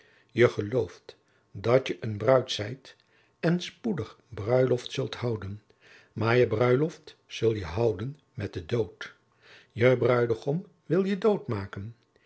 je gelooft dat je een bruid zijt en spoedig bruiloft zult houden maar je bruiloft zul je houden met den dood je bruidegom wil je dood maken